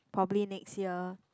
probably next year